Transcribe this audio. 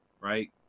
Right